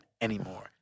anymore